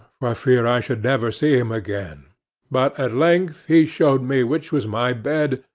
for fear i should never see him again but at length he showed me which was my bed,